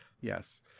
Yes